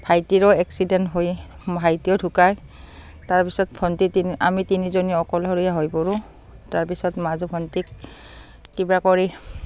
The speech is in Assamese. ভাইটিৰো এক্সিডেণ্ট হৈ ভাইটিও ঢুকায় তাৰপিছত ভণ্টি তিনি আমি তিনিজনী অকলশৰীয়া হৈ পৰোঁ তাৰপিছত মাজু ভণ্টিক কিবা কৰি